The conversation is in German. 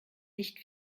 nicht